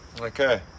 Okay